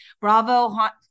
Bravo